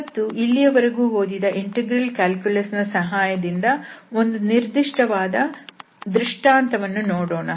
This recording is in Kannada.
ಇವತ್ತು ಇಲ್ಲಿವರೆಗೂ ಓದಿದ ಇಂಟೆಗ್ರಲ್ ಕ್ಯಾಲ್ಕುಲಸ್ ನ ಸಹಾಯದಿಂದ ಒಂದು ನಿರ್ದಿಷ್ಟವಾದ ದೃಷ್ಟಾಂತವನ್ನು ನೋಡೋಣ